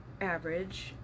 average